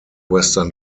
western